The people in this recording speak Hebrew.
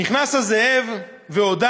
נכנס הזאב והודה